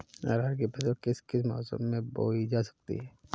अरहर की फसल किस किस मौसम में बोई जा सकती है?